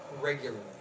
regularly